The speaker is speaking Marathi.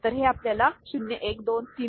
तर ते आपल्याला 0 1 2 3